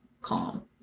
calm